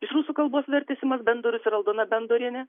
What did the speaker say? iš rusų kalbos vertė simas bendorius ir aldona bendorienė